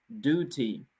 duty